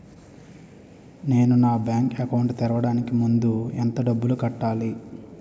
నేను నా bank account తెరవడానికి ముందు ఎంత డబ్బులు కట్టాలి?